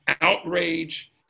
outrage